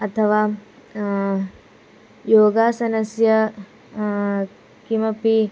अथवा योगासनस्य किमपि